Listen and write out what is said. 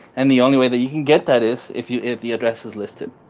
and the only way that you can get that is if you if the address is listed.